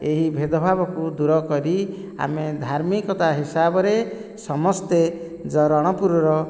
ଏହି ଭେଦଭାବକୁ ଦୂର କରି ଆମେ ଧାର୍ମିକତା ହିସାବରେ ସମସ୍ତେ ଜ ରଣପୁରର